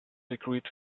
secrete